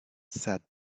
sad